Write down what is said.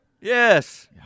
Yes